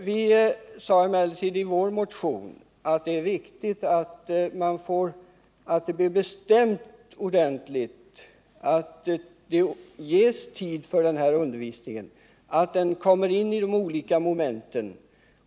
Vi sade emellertid i vår motion att det är viktigt att det ges bestämd tid för den här undervisningen så att den kommer in i de olika momenten.